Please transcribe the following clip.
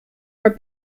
our